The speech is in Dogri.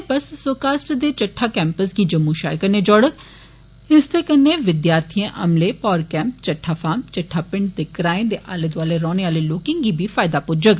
एह् बस ैज्ञनौज दे बेंजी कैम्पस गी जम्मू षैह्र कन्नै जोडोग इसदे कन्नै विद्यार्थिएं अमले भौर कैम्प चट्ठा फार्म चट्ठा पिंड दे ग्रांएं दे आले दौआले रौह्ने आले लोकें गी बी फायदा पुज्जौग